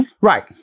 Right